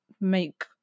make